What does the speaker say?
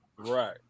Right